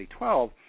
2012